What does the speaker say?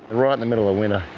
right in the middle of winter,